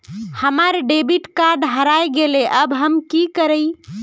हमर debit card हरा गेले अब हम की करिये?